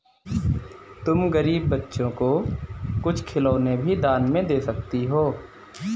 तुम गरीब बच्चों को कुछ खिलौने भी दान में दे सकती हो